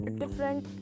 different